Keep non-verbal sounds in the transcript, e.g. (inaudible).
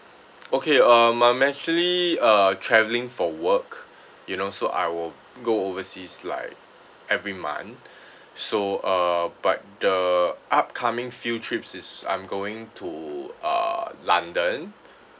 okay um I'm actually uh travelling for work you know so I will go overseas like every month (breath) so uh but the upcoming field trip is I'm going to uh london